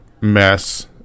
mess